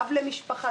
אב למשפחה,